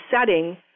setting